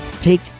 take